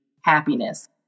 Happiness